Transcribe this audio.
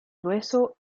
grueso